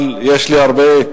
אבל יש לי הרבה,